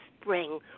spring